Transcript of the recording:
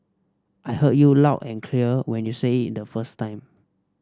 I heard you loud and clear when you said it the first time